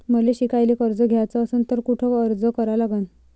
मले शिकायले कर्ज घ्याच असन तर कुठ अर्ज करा लागन?